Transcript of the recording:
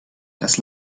das